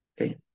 okay